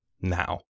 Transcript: now